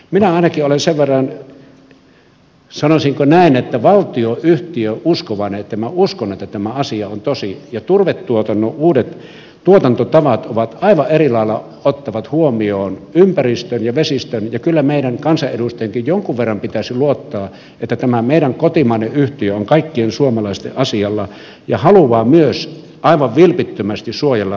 minä ainakin olen sen verran sanoisinko näin valtionyhtiöuskovainen että minä uskon että tämä asia on tosi ja että turvetuotannon uudet tuotantotavat aivan eri lailla ottavat huomioon ympäristön ja vesistön ja kyllä meidän kansanedustajienkin jonkun verran pitäisi luottaa että tämä meidän kotimainen yhtiö on kaikkien suomalaisten asialla ja haluaa myös aivan vilpittömästi suojella vesistöjä